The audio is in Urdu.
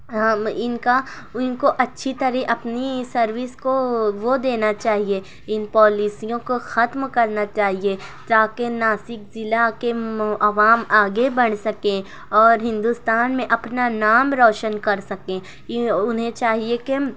ہم ان کا ان کو اچھی طرح اپنی سروس کو وہ دینا چاہیے ان پالیسیوں کو ختم کرنا چاہیے تاکہ ناسک ضلع کے عوام آگے بڑھ سکیں اور ہندوستان میں اپنا نام روشن کر سکیں یہ انہیں چاہیے کہ